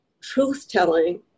truth-telling